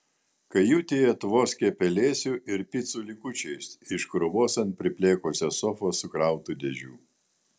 kajutėje tvoskė pelėsiu ir picų likučiais iš krūvos ant priplėkusios sofos sukrautų dėžių